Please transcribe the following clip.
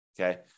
Okay